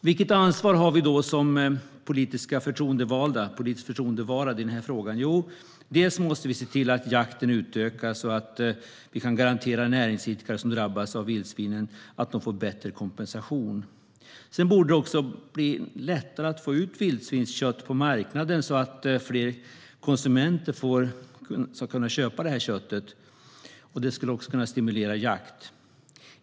Vilket ansvar har vi då som politiskt förtroendevalda i den här frågan? Jo, vi måste se till att jakten utökas och att vi kan garantera att näringsidkare som drabbas av vildsvinen får bättre kompensation. Det borde också bli lättare att få ut vildsvinskött på marknaden, så att fler konsumenter kan köpa köttet. Det skulle också kunna stimulera jakt.